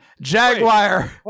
Jaguar